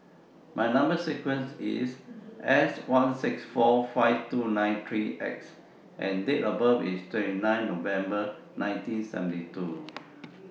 Number sequence IS S one six four five two nine three X and Date of birth IS twenty nine November nineteen seventy two